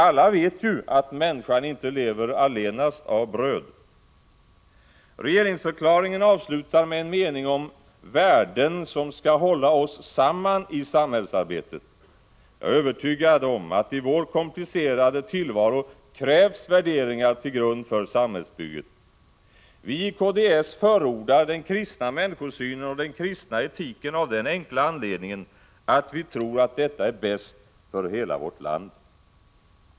Alla vet ju att människan inte lever allenast av bröd. Regeringsförklaringen avslutas med en mening om värden som skall hålla oss samman i samhällsarbetet. Jag är övertygad om att i vår komplicerade tillvaro krävs värderingar till grund för samhällsbygget. Vi i kds förordar den kristna människosynen och den kristna etiken av den enkla anledningen att vi tror att detta är bäst för hela vårt land.